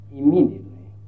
immediately